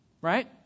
right